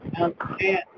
okay